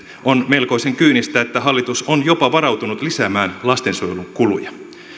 on melkoisen kyynistä että hallitus on jopa varautunut lisäämään lastensuojelun kuluja